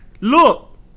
look